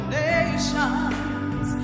nations